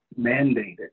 mandated